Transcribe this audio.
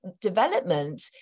development